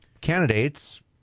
candidates